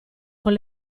con